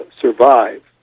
survive